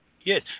Yes